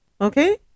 Okay